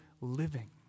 living